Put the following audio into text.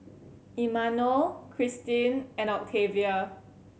Imanol Christin and Octavia